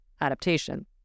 adaptation